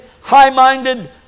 High-minded